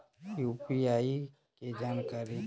UPI के जानकारी?